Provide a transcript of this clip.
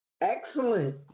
Excellent